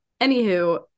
Anywho